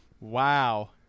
Wow